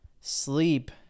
sleep